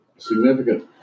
significant